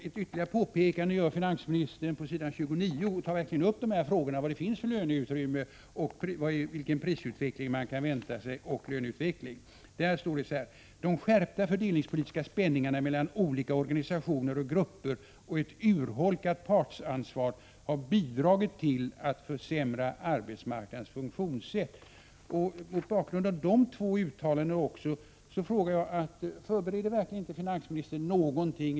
Ett ytterligare påpekande gör finansministern på s. 29, där han tar upp frågorna om vilket löneutrymme det finns och vilken prisoch löneutveckling man kan vänta sig: ”De skärpta fördelningspolitiska spänningarna mellan olika organisationer och grupper och ett urholkat partsansvar har bidragit till att försämra arbetsmarknadens funktionssätt.” Mot bakgrund av dessa två uttalanden frågar jag: Förbereder inte finansministern någonting?